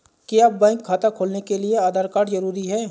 क्या बैंक खाता खोलने के लिए आधार कार्ड जरूरी है?